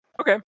Okay